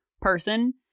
person